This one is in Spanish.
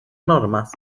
normas